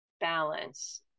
balance